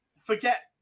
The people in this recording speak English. forget